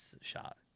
shot